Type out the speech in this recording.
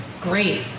great